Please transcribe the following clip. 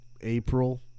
April